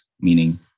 meaning